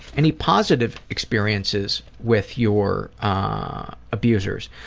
any positive experiences with your ah abusers?